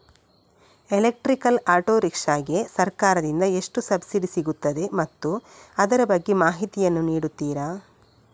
Electrical auto rickshaw ಗೆ ಸರ್ಕಾರ ದಿಂದ ಎಷ್ಟು ಸಬ್ಸಿಡಿ ಸಿಗುತ್ತದೆ ಮತ್ತು ಅದರ ಬಗ್ಗೆ ಮಾಹಿತಿ ಯನ್ನು ನೀಡುತೀರಾ?